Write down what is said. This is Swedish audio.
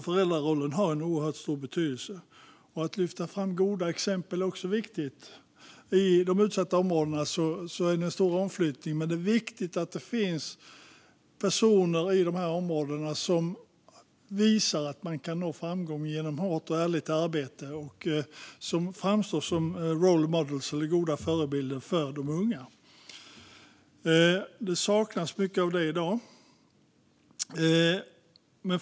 Föräldrarollen har en oerhört stor betydelse. Att lyfta fram goda exempel är också viktigt. I de utsatta områdena är det stor omflyttning, men det är viktigt att det finns personer i dessa områden som visar att man kan nå framgång genom hårt och ärligt arbete och som är goda förebilder för de unga. I dag saknas det mycket av det.